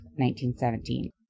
1917